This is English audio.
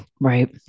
Right